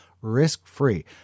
risk-free